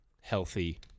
healthy